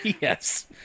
Yes